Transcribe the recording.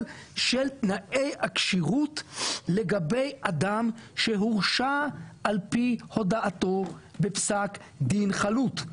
של תנאי הכשירות לגבי אדם שהורשע על פי הודאתו בפסק דין חלוט,